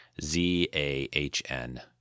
Z-A-H-N